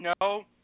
No